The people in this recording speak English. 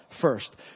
first